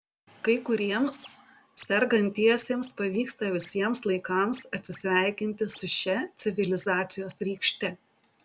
kai kuriems sergantiesiems pavyksta visiems laikams atsisveikinti su šia civilizacijos rykšte